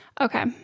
okay